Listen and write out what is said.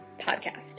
podcast